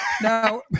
Now